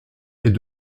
est